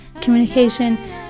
communication